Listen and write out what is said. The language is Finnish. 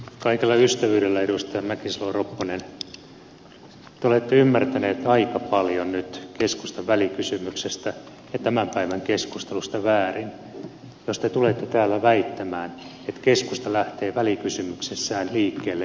kaikella ystävyydellä edustaja mäkisalo ropponen te olette ymmärtänyt aika paljon nyt keskustan välikysymyksestä ja tämän päivän keskustelusta väärin jos te tulette täällä väittämään että keskusta lähtee välikysymyksessään liikkeelle rakenteesta